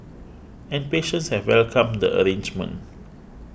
and patients have welcomed the arrangement